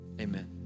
Amen